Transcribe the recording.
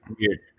weird